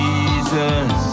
Jesus